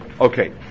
Okay